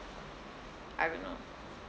I don't know